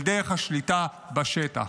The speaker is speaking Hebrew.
אל דרך השליטה בשטח.